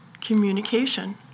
communication